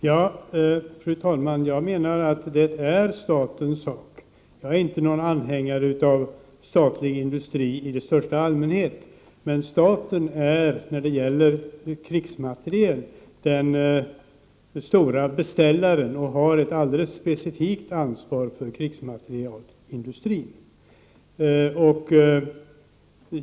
Fru talman! Ja, jag menar att det är statens sak. Jag är inte någon anhängare av statlig industri i största allmänhet. Men staten är när det gäller krigsmateriel den stora beställaren och har ett alldeles specifikt ansvar för krigsmaterielindustrin.